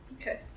Okay